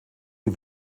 die